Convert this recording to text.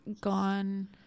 gone